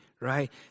right